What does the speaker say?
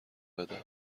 بدار